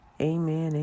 Amen